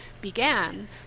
began